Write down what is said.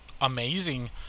amazing